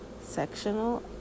Sectional